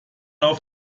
auf